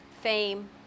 Fame